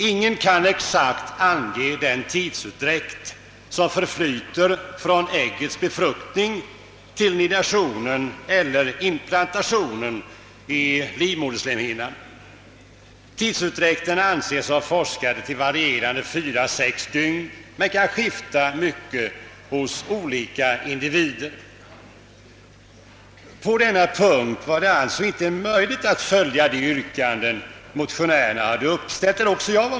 Ingen kan exakt ange tidsutdräkten från äggets befruktning till nidationen eller implantationen i livmoderslemhinnan. Denna tidsutdräkt anges av forskare såsom varierande mellan fyra och sex dygn men kan skifta mycket hos olika individer. På denna punkt var det alltså inte möjligt att följa de yrkanden som mo tionärerna framställt.